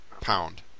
pound